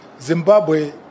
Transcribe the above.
Zimbabwe